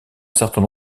certain